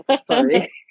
Sorry